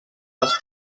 les